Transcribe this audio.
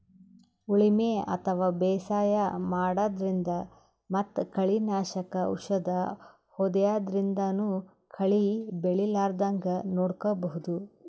ಉಳಿಮೆ ಅಥವಾ ಬೇಸಾಯ ಮಾಡದ್ರಿನ್ದ್ ಮತ್ತ್ ಕಳಿ ನಾಶಕ್ ಔಷದ್ ಹೋದ್ಯಾದ್ರಿನ್ದನೂ ಕಳಿ ಬೆಳಿಲಾರದಂಗ್ ನೋಡ್ಕೊಬಹುದ್